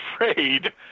afraid